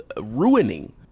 ruining